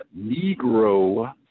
Negro